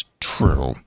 true